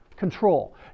Control